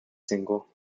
single